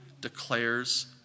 declares